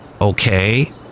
Okay